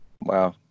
Wow